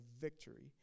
victory